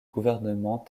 gouvernement